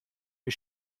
wir